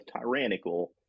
tyrannical